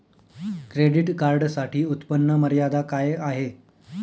Credit कार्डसाठी उत्त्पन्न मर्यादा काय आहे?